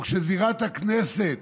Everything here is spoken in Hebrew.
וכשזירת הכנסת